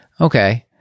Okay